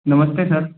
नमस्ते सर